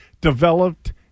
developed